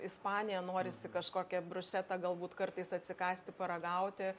ispaniją norisi kažkokią briušetą galbūt kartais atsikąsti paragauti